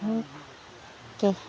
दे